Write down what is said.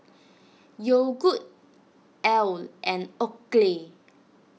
Yogood Elle and Oakley